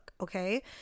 okay